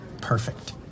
perfect